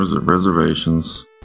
Reservations